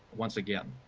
once again.